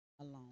Alone